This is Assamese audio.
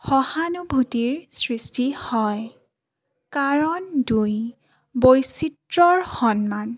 সহানুভূতিৰ সৃষ্টি হয় কাৰণ দুই বৈচিত্ৰ্যৰ সন্মান